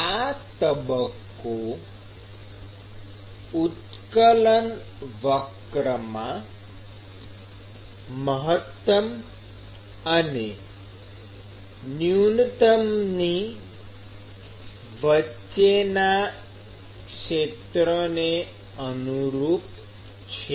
આ તબક્કો ઉત્કલન વક્રમાં મહત્તમ અને ન્યૂનતમની વચ્ચેના ક્ષેત્રને અનુરૂપ છે